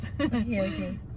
Okay